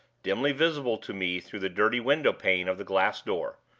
dimly visible to me through the dirty window-pane of the glass door,